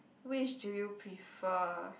which do you prefer